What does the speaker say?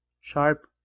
Sharp